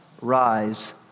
rise